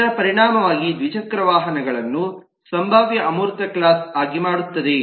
ಇದರ ಪರಿಣಾಮವಾಗಿ ದ್ವಿಚಕ್ರ ವಾಹನಗಳನ್ನು ಸಂಭಾವ್ಯ ಅಮೂರ್ತ ಕ್ಲಾಸ್ ಆಗಿ ಮಾಡುತ್ತದೆ